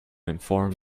inform